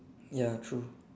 ya true